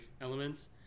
elements